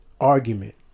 argument